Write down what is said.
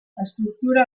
estructura